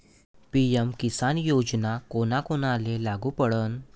PM Kisan योजना कोना कोनाले लागू पडन?